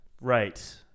right